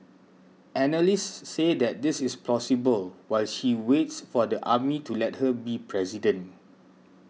analysts say this is plausible while she waits for the army to let her be president